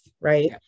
right